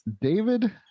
David